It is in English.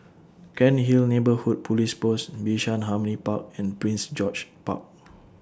Cairnhill Neighbourhood Police Post Bishan Harmony Park and Prince George's Park